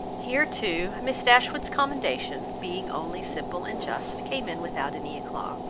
here too, miss dashwood's commendation, being only simple and just, came in without any eclat.